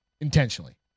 Intentionally